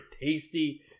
tasty